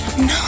No